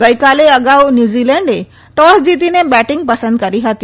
ગઈકાલે અગાઉ ન્યુઝીલેન્ડે ટોસ જીતીને બેટીંગ પસંદ કરી હતી